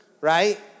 right